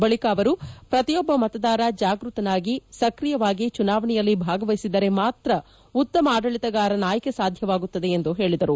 ಬಳಿಕ ಅವರು ಪ್ರತಿಯೊಬ್ಬ ಮತದಾರ ಜಾಗೃತನಾಗಿ ಸಕ್ರಿಯವಾಗಿ ಚುನಾವಣೆಯಲ್ಲಿ ಭಾಗವಹಿಸಿದರೇ ಮಾತ್ರ ಉತ್ತಮ ಆಡಳಿತಗಾರನ ಆಯ್ಕೆ ಸಾಧ್ಯವಾಗುತ್ತದೆ ಎಂದು ಹೇಳಿದರು